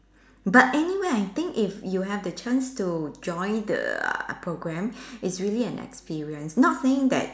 but anyway I think if you have the chance to join the program it's really an experience not saying that